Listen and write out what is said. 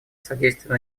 содействие